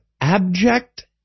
abject